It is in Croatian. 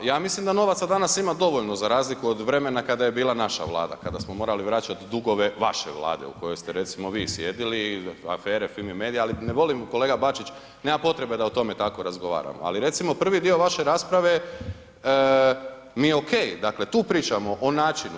Pa ja mislim da novaca danas ima dovoljno za razliku od vremena kada je bila naša vlada, kada smo morali vraćati dugove vaše vlade u kojoj ste recimo vi sjedili, afere Fimi medija, ali ne volim kolega Bačić, nema potrebe da o tome tako razgovaramo, ali recimo prvi dio vaše rasprave mi je ok, dakle tu pričamo o načinu.